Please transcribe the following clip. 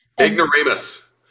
ignoramus